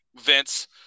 Vince